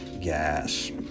gas